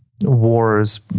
wars